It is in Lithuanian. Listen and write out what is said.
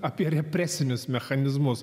apie represinius mechanizmus